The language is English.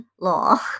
law